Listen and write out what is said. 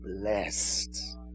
blessed